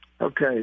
Okay